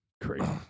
Crazy